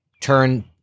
turn